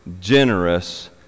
generous